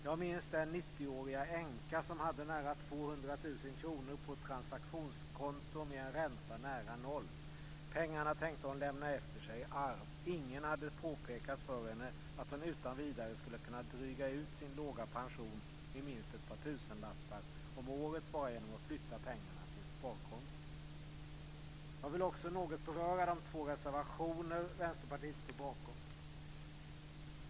Jag minns den 90 åriga änka som hade nära 200 000 kr på ett transaktionskonto med en ränta nära noll. Pengarna tänkte hon lämna efter sig i arv. Ingen hade påpekat för henne att hon utan vidare skulle kunna dryga ut sin låga pension med minst ett par tusenlappar om året bara genom att flytta pengarna till ett sparkonto. Jag vill också något beröra de två reservationer Vänsterpartiet står bakom.